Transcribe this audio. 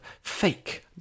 fake